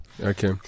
Okay